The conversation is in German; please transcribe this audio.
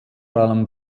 allem